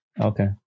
Okay